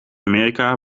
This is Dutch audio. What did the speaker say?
amerika